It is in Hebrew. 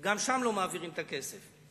גם לשם לא מעבירים את הכסף.